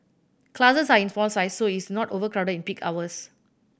classes are in small size so it is not overcrowded in peak hours